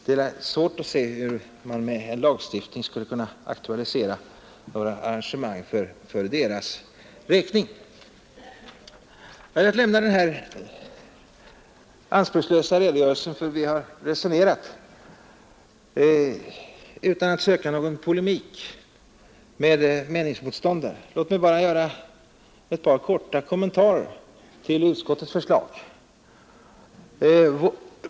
Det är svårt att se hur man med en lagstiftning skulle kunna aktualisera några arrangemang för deras räkning. Jag har velat lämna den här anspråkslösa redogörelsen för hur vi har resonerat utan att söka någon polemik med meningsmotståndare. Låt mig bara göra ett par korta kommentarer till utskottets förslag.